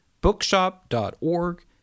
bookshop.org